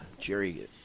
Jerry